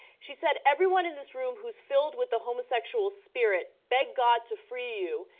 she said everyone in this room who's filled with the homosexual spirit, but got to for you.